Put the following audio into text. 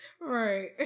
Right